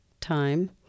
time